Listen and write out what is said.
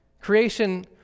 Creation